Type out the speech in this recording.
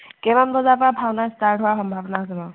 কেইটামান বজাৰ পৰা ভাওনা ষ্টাৰ্ট হোৱাৰ সম্ভাৱনা আছে বাৰু